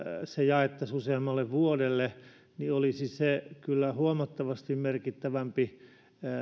se jaettaisiin useammalle vuodelle niin olisi se kyllä huomattavasti merkittävämpi